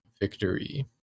victory